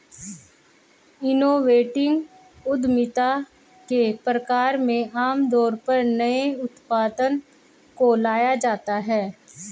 innovative उद्यमिता के प्रकार में आमतौर पर नए उत्पाद को लाया जाता है